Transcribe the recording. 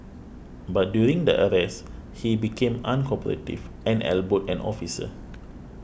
but during the arrest he became uncooperative and elbowed an officer